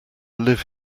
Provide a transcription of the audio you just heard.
live